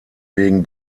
wegen